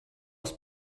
aus